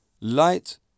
light